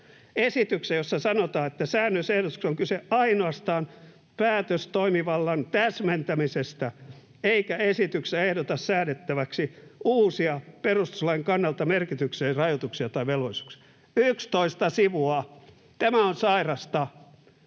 esityksessä, jossa sanotaan, että ”säännösehdotuksessa on kyse ainoastaan päätöstoimivallan täsmentämisestä, eikä esityksessä ehdoteta säädettäväksi uusia perustuslain kannalta merkityksellisiä rajoituksia tai velvollisuuksia”. 11 sivua — tämä on sairasta.